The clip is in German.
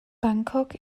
bangkok